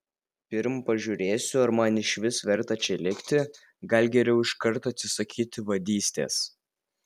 pirm pažiūrėsiu ar man išvis verta čia likti gal geriau iškart atsisakyti vadystės